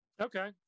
Okay